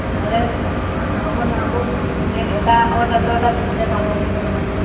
নহ'লে নহ'ব নহয় আকৌ এনেই এটা অ' তাতো এটা পিন্ধিলে ভাল নালাগিব নহয়